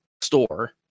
store